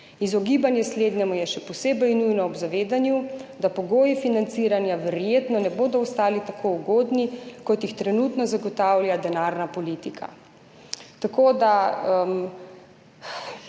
Izogibanje slednjemu je še posebej nujno ob zavedanju, da pogoji financiranja verjetno ne bodo ostali tako ugodni, kot jih trenutno zagotavlja denarna politika«.